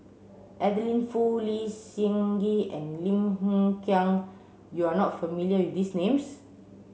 Adeline Foo Lee Seng Gee and Lim Hng Kiang you are not familiar with these names